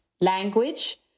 language